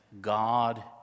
God